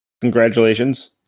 Congratulations